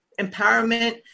empowerment